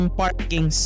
parking